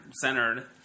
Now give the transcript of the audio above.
centered